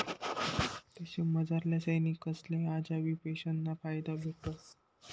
देशमझारल्या सैनिकसले आजबी पेंशनना फायदा भेटस